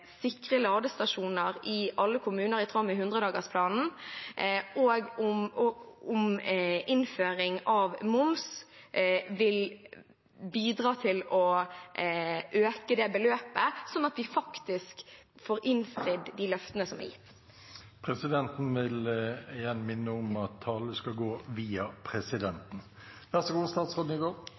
sikre ladestasjoner i alle kommuner, i tråd med 100-dagersplanen, og om innføring av moms vil bidra til å øke det beløpet, sånn at de faktisk får innfridd de løftene som er gitt. Poenget med mitt innlegg var nettopp det at